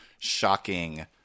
shocking